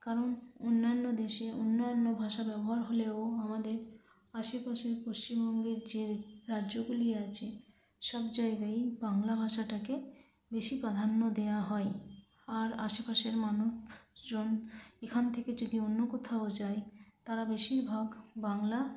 কারণ অন্যান্য দেশে অন্যান্য ভাষা ব্যবহার হলেও আমাদের আশেপাশে পশ্চিমবঙ্গের যে রাজ্যগুলি আছে সব জায়গায়ই বাংলা ভাষাটাকে বেশি প্রাধান্য দেওয়া হয় আর আশেপাশের মানুষ জন এখান থেকে যদি অন্য কোথাও যায় তারা বেশিরভাগ বাংলা